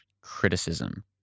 criticism